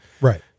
Right